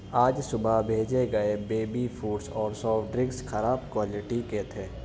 آج صبح بھیجے گئے بیبی فوڈ اور سافٹ ڈرنکس خراب کوالٹی کے تھے